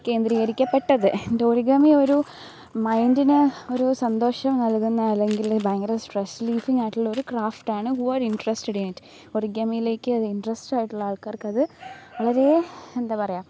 കേന്ദ്രീകരിക്കപ്പെട്ടത് origami ഒരു മൈണ്ടിന് ഒരു സന്തോഷം നൽകുന്ന അല്ലെങ്കിൽ ഭയങ്കര സ്ട്രെസ് റിലീഫായിട്ടുള്ളൊരു ക്രാഫ്റ്റാണ് ഇൻട്രസ്റ്റഡ് ഇൻ ഇറ്റ് ഒറീഗാമിയിലേക്ക് ഇൻട്രസ്റ്റ് ആയിട്ടുള്ള ആൾക്കാർക്ക് അത് വളരേ എന്താ പറയുക